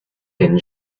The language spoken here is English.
and